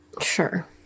Sure